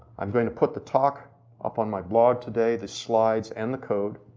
i'm going to put the talk up on my blog today, the slides and the code,